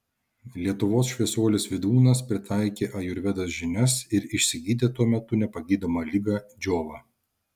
lietuvos šviesuolis vydūnas pritaikė ajurvedos žinias ir išsigydė tuo metu nepagydomą ligą džiovą